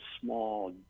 small